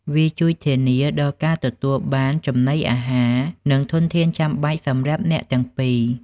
វាជួយធានាដល់ការទទួលបានចំណីអាហារ និងធនធានចាំបាច់សម្រាប់អ្នកទាំងពីរ។